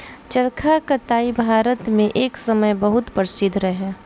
चरखा कताई भारत मे एक समय बहुत प्रसिद्ध रहे